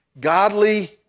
godly